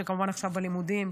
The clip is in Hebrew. שכמובן עכשיו בלימודים,